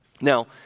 Now